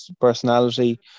personality